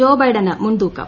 ജോ ബൈഡന് മുൻതൂക്കം